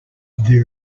there